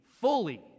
fully